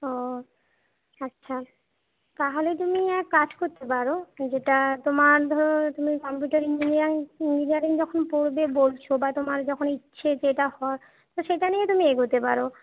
ও আচ্ছা তাহলে তুমি এক কাজ করতে পারো যেটা তোমার ধরো তুমি কম্পিউটার ইঞ্জিনিয়ারিং ইঞ্জিনিয়ারিং যখন পড়বে বলছ বা তোমার যখন ইচ্ছে যে এটা হওয়ার তো সেটা নিয়ে তুমি এগোতে পারো